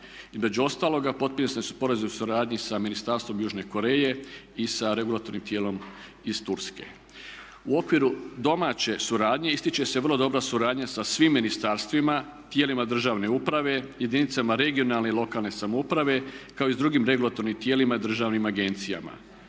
Između ostaloga potpisani su sporazumi o suradnji sa Ministarstvom Južne Koreje i sa regulatornim tijelom iz Turske. U okviru domaće suradnje ističe se vrlo dobra suradnja sa svim ministarstvima, tijelima državne uprave, jedinicama regionalne i lokalne samouprave kao i s drugim regulatornim tijelima i državnim agencijama.